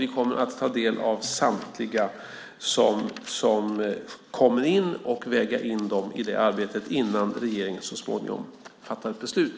Vi kommer att ta del av samtliga svar som kommer in och väga in dem när regeringen så småningom fattar beslut.